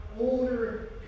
older